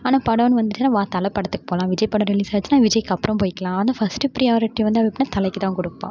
ஆனால் படம்ன்னு வந்துட்டால் வா தலை படத்துக்கு போகலாம் விஜய் படம் ரிலீஸ் ஆயிடுச்சுனா விஜய்க்கு அப்புறம் போய்க்கலாம்னு ஃபர்ஸ்ட் பிரையாரிட்டி வந்து எதுக்குன்னா தலைக்கு தான் கொடுப்பா